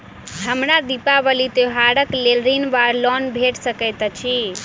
हमरा दिपावली त्योहारक लेल ऋण वा लोन भेट सकैत अछि?